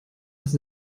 das